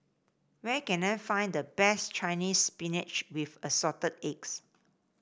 where can I find the best Chinese Spinach with Assorted Eggs